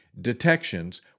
detections